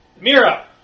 Mira